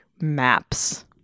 maps